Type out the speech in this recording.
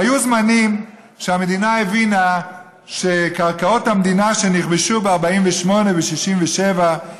היו זמנים שהמדינה הבינה שקרקעות המדינה שנכבשו ב-48' ו-67',